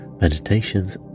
meditations